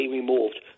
removed